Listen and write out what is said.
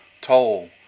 toll